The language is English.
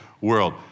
world